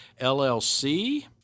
LLC